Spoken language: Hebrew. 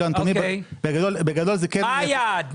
מה היעד?